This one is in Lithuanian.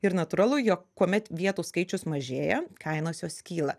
ir natūralu jog kuomet vietų skaičius mažėja kainos jos kyla